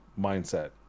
mindset